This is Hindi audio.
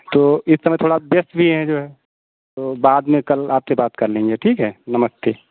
तो इस समय थोड़ा व्यस्त भी है जो हैं तो बाद मे कल आपसे बात कर लेंगे ठीक है नमस्ते